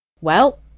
Well